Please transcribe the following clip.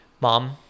Mom